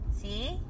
See